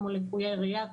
כמו לקויי ראייה,